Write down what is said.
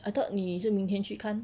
I thought 你是明天去看